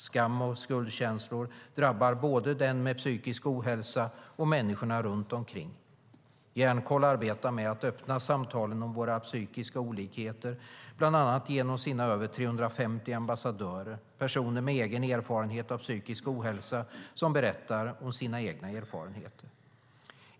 Skam och skuldkänslor drabbar både den med psykisk ohälsa och människorna runt omkring. Hjärnkoll arbetar med att öppna samtalen om våra psykiska olikheter, bland annat genom sina över 350 ambassadörer - personer med egen erfarenhet av psykisk ohälsa som berättar om sina egna erfarenheter.